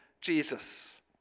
Jesus